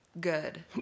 good